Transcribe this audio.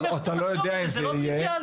אתה לא יודע אם זה יהיה,